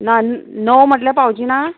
ना णव म्हटल्यार पावची ना